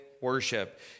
worship